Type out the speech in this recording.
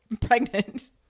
pregnant